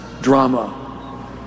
drama